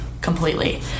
completely